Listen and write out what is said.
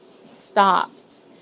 stopped